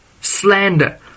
slander